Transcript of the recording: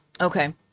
Okay